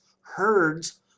herds